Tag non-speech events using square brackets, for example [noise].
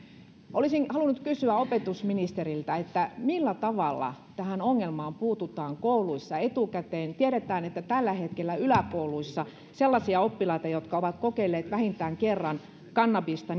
olisin halunnut kysyä opetusministeriltä millä tavalla tähän ongelmaan puututaan kouluissa etukäteen tiedetään että tällä hetkellä yläkouluissa joka kymmenes oppilas on sellainen joka on kokeillut vähintään kerran kannabista [unintelligible]